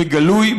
בגלוי,